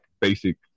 basic